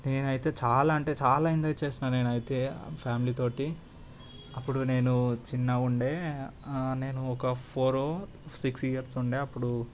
నేనైతే చాలా అంటే చాలా ఎంజాయ్ చేసిన నేను అయితే ఫ్యామిలీ తోటి అప్పుడు నేను చిన్న ఉండే నేను ఒక ఫోర్ సిక్స్ ఇయర్స్ ఉండే అప్పుడు